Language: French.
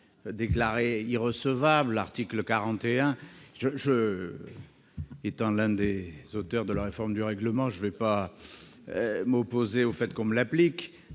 déclaré irrecevable au titre de l'article 41. Étant l'un des auteurs de la réforme du règlement, je ne vais pas m'opposer au fait qu'on me l'applique